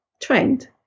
trained